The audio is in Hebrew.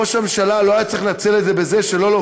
ראש הממשלה לא היה צריך לנצל את זה בלא להופיע